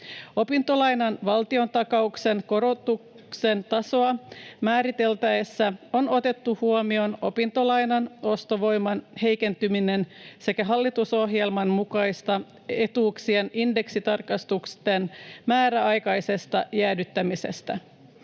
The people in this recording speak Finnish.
Opintolainan valtiontakauksen korotuksen tasoa määriteltäessä on otettu huomioon opintolainan ostovoiman heikentyminen sekä hallitusohjelman mukaisesta etuuksien indeksitarkastusten määräaikaisesta jäädyttämisestä